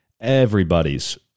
everybody's